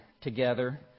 together